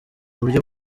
buryo